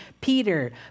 Peter